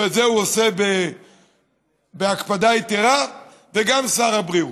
ואת זה הוא עושה בהקפדה יתרה, וגם שר הבריאות.